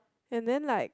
and then like